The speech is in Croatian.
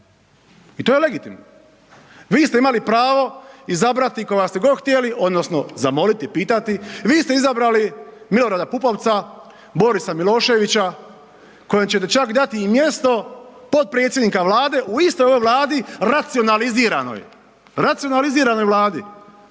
I to je legitimno. Vi ste imali pravo koga ste god htjeli odnosno zamoliti, pitati, vi ste izabrali Milorada Pupovca, Borisa Miloševića kojem ćete čak dati i mjesto potpredsjednika Vlade u istoj ovoj Vladi racionaliziranoj, racionaliziranoj Vladi